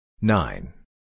Nine